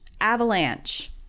avalanche